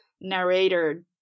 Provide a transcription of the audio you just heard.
narrator